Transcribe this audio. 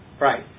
right